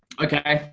okay.